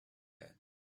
that